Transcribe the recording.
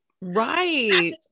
Right